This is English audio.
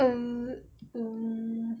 uh um